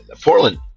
Portland